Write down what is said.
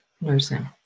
nursing